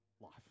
life